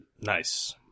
Nice